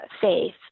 faith